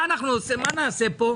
מה נעשה פה?